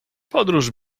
podróż